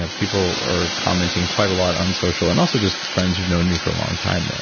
ah people are commenting quite a lot on social and also just friends who've known me for a long time they're